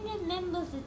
remembers